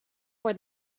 for